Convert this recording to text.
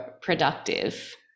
productive